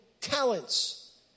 talents